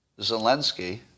Zelensky